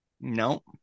No